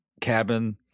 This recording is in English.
cabin